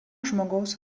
žmogaus